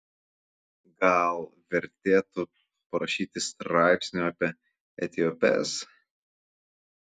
gal vertėtų parašyti straipsnių apie etiopes